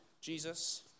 Jesus